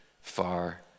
far